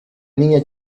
niña